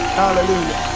hallelujah